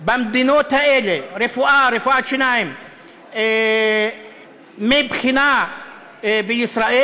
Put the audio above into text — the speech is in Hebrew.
במדינות האלה לרפואה ורפואת שיניים מבחינה בישראל